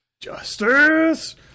Justice